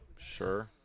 Sure